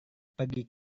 pergi